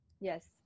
yes